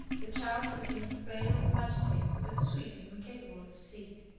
the child has been frail and imagi native, but sweet and incapable of deceit.